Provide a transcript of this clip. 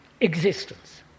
existence